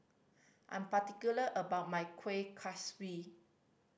I'm particular about my Kueh Kaswi